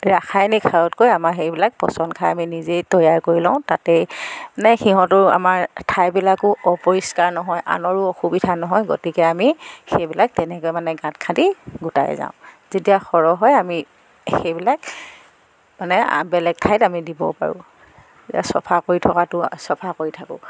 ৰাসায়নিক সাৰতকৈ আমাৰ সেইবিলাক পচন সাৰ আমি যিহেতু তৈয়াৰ কৰি লওঁ তাতেই মানে সিহঁতৰো আমাৰ ঠাইবিলাকো অপৰিষ্কাৰ নহয় আনৰো অসুবিধা নহয় গতিকে আমি সেইবিলাক তেনেকৈ মানে গাঁত খান্দি গোটাই যাওঁ যেতিয়া সৰহ হয় আমি সেইবিলাক মানে বেলেগ ঠাইত আমি দিব পাৰোঁ এতিয়া চফা কৰি থকাতো আৰু চফা কৰি থাকোঁ